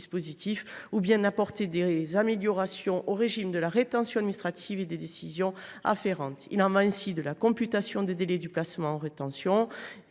ou bien à apporter des améliorations au régime de la rétention administrative et des décisions afférentes : il en va ainsi de la computation des délais du placement en rétention